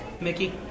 Mickey